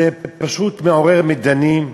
זה פשוט מעורר מדנים.